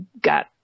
got